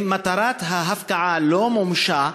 אם מטרת ההפקעה לא מומשה,